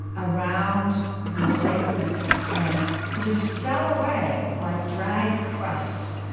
around the sacred and it just fell away like dried crusts.